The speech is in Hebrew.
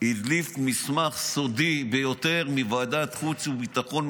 שהדליף מסמך סודי ביותר מוועדת החוץ והביטחון,